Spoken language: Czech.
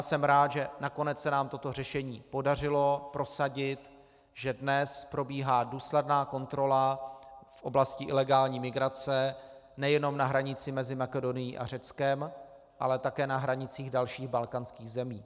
Jsem rád, že se nám nakonec toto řešení podařilo prosadit, že dnes probíhá důsledná kontrola v oblasti ilegální migrace nejenom na hranici mezi Makedonií a Řeckem, ale také na hranicích dalších balkánských zemí.